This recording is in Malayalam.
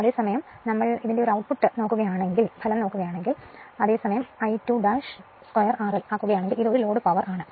അതേ സമയം output കാണുകയാണെങ്കിൽ അതേ സമയം I22 RL ആക്കുകയാണെങ്കിൽ ഇത് ഒരു ലോഡ് പവർ ആണ്